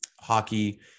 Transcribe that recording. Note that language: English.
hockey